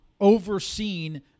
overseen